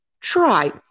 Try